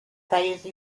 phase